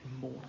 more